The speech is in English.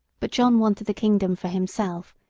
but john wanted the kingdom for himself,